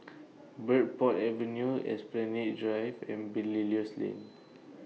Bridport Avenue Esplanade Drive and Belilios Lane